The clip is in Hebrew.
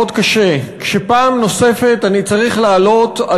מאוד קשה כשפעם נוספת אני צריך לעלות על